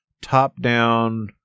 top-down